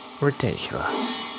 Ridiculous